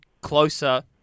closer